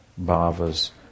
bhavas